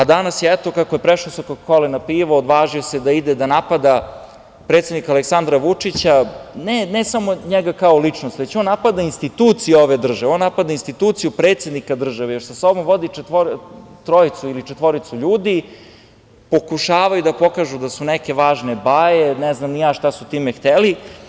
Danas je, eto, kako je prešao sa Koka-kole na pivo, odvažio se da ide, da napada predsednika Aleksandra Vučića, ne samo njega kao ličnost, već on napada instituciju ove države, on napada instituciju predsednika države i još sa sobom vodi trojicu ili četvoricu ljudi, pokušavaju da pokažu da su neke važne baje, ne znam šta su time hteli.